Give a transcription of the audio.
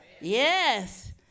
yes